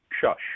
shush